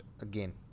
again